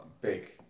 Big